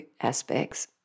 aspects